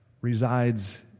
resides